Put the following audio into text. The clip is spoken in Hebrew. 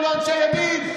אם לא אנשי ימין?